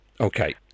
Okay